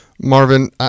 Marvin